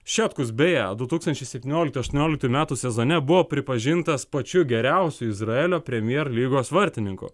šetkus beje du tūkstančiai septynioliktų aštuonioliktų metų sezone buvo pripažintas pačiu geriausiu izraelio premjer lygos vartininku